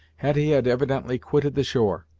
hetty had evidently quitted the shore,